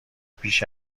بیش